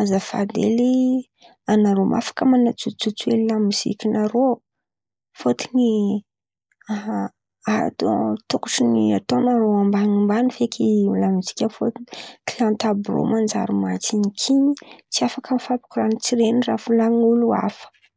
azafady hely anarô afaka manajotsojotso lamoziky narô fôtony tôkotrony ataonarô amban̈imban̈y feky lamoziky, fôtony klianty àby rô mantsintsin̈y tsy afaka mifampikoran̈a tsiren̈iny raha volan̈in'olo hafa.